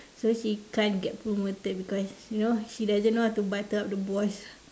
so she can't get promoted because you know she doesn't know how to butter up the boss